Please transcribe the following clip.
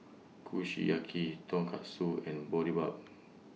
Kushiyaki Tonkatsu and Boribap